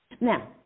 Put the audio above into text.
Now